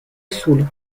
sul